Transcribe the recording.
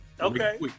Okay